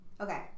okay